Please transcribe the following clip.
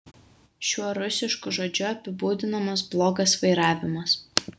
šiuo rusišku žodžiu apibūdinamas blogas vairavimas